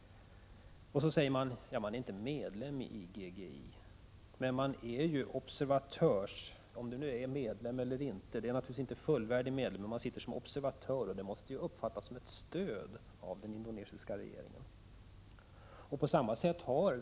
Så säger man att Sverige inte är medlem i IGGI. Att vara observatör är naturligtvis inte att vara fullvärdig medlem, men att Sverige sitter som observatör måste av den indonesiska regeringen uppfattas som ett stöd.